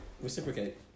Reciprocate